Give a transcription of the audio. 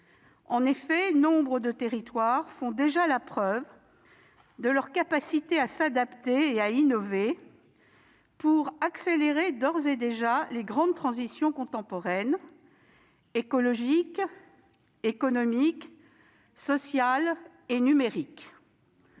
en effet, nombre de territoires font déjà la preuve de leur capacité à s'adapter et à innover pour accélérer les grandes transitions contemporaines- écologique, économique, sociale et numérique